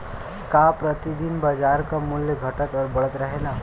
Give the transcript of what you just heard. का प्रति दिन बाजार क मूल्य घटत और बढ़त रहेला?